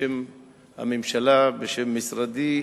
בשם הממשלה, בשם משרדי,